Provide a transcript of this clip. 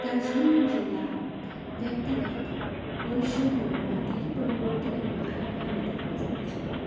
दार्जिलिङ जिल्ला व्यक्तिगत वर्षहरूमा धेरै परिवर्तनहरू आएको हामी देख्न सक्दछौँ